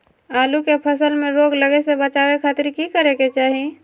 आलू के फसल में रोग लगे से बचावे खातिर की करे के चाही?